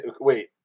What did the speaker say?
wait